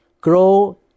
Grow